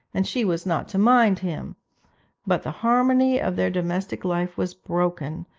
and she was not to mind him but the harmony of their domestic life was broken,